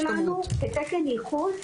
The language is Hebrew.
זה התקן שלנו כתקן ייחוס,